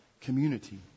community